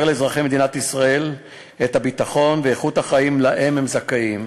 לאזרחי מדינת ישראל את הביטחון ואיכות החיים שלהם הם זכאים.